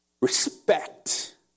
Respect